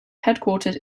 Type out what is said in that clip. headquartered